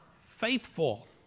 faithful